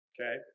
Okay